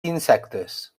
insectes